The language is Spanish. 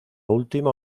última